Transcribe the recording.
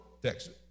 Texas